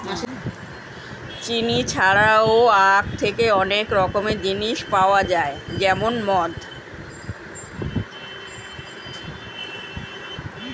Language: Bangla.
চিনি ছাড়াও আখ থেকে অনেক রকমের জিনিস পাওয়া যায় যেমন মদ